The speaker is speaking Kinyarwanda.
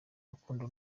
rukundo